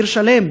עיר שלם,